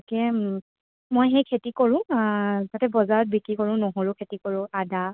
তকে মই সেই খেতি কৰোঁ যাতে বজাৰত বিক্ৰী কৰোঁ নহৰু খেতি কৰোঁ আদা